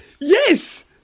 Yes